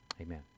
Amen